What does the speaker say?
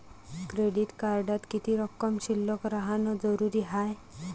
Credit कार्डात किती रक्कम शिल्लक राहानं जरुरी हाय?